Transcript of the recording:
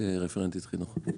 רפרנטית חינוך.